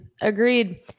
Agreed